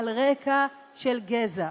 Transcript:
על רקע של גזע.